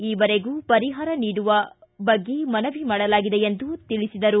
ಇವರಿಗೂ ಪರಿಹಾರ ನೀಡುವ ಬಗ್ಗೆ ಮನವಿ ಮಾಡಲಾಗಿದೆ ಎಂದು ತಿಳಿಸಿದರು